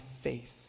faith